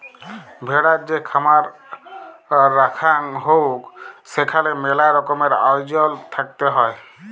ভেড়ার যে খামার রাখাঙ হউক সেখালে মেলা রকমের আয়জল থাকত হ্যয়